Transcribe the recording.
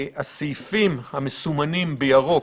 הסעיפים המסומנים בירוק,